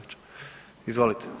Izvolite.